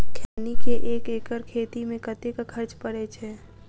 खैनी केँ एक एकड़ खेती मे कतेक खर्च परै छैय?